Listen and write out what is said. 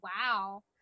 wow